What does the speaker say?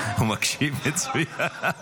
הוא מקשיב מצוין.